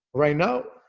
right now?